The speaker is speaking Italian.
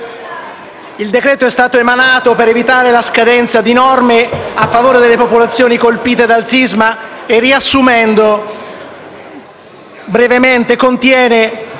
il decreto-legge è stato emanato per evitare la scadenza di norme a favore delle popolazioni colpite dal sisma e, riassumendo brevemente, contiene: